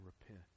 repent